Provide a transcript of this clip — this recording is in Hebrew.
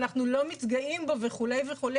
ואנחנו לא מתגאים בו וכו' וכו',